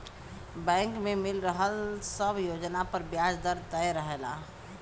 bank में मिल रहल सब योजना पर ब्याज दर तय रहला